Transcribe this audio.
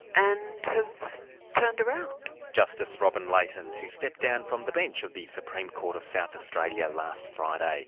and have turned around. justice robyn layton, who stepped down from the bench of the supreme court of south australia last friday.